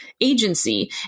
agency